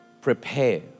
prepare